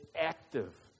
active